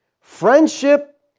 friendship